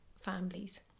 families